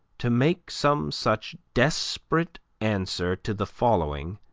to make some such desperate answer to the following,